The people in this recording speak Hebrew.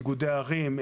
איגודי ערים,